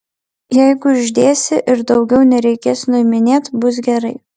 jeigu uždėsi ir daugiau nereikės nuiminėt bus gerai